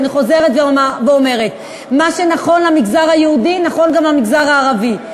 אני חוזרת ואומרת: מה שנכון למגזר היהודי נכון גם למגזר הערבי: